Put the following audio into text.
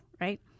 right